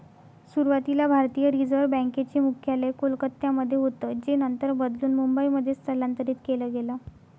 सुरुवातीला भारतीय reserve bank चे मुख्यालय कोलकत्यामध्ये होतं जे नंतर बदलून मुंबईमध्ये स्थलांतरीत केलं गेलं